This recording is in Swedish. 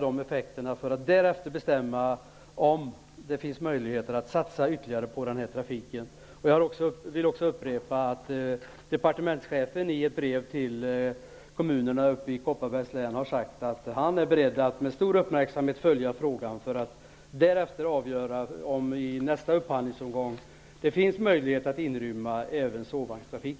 Därefter vill vi bestämma om det finns möjligheter att ytterligare satsa på trafiken. Jag vill också upprepa att departementschefen har skrivit i ett brev till kommunerna i Kopparbergs län att han är beredd att med stor uppmärksamhet följa frågan för att därefter avgöra om det i nästa upphandlingsomgång finns möjlighet att inrymma även sovvagnstrafik.